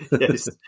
Yes